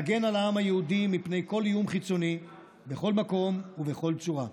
נגן על העם היהודי מפני כל איום חיצוני בכל מקום ובכל צורה.